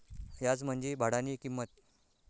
याज म्हंजी भाडानी किंमत